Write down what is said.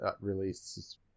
release